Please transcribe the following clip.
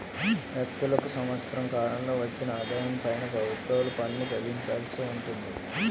వ్యక్తులకు సంవత్సర కాలంలో వచ్చిన ఆదాయం పైన ప్రభుత్వానికి పన్ను చెల్లించాల్సి ఉంటుంది